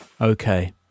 Okay